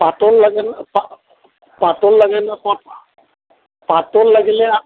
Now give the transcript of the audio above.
পাটৰ লাগে না পাটৰ লাগে না পাটৰ লাগিলে